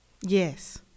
Yes